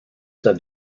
said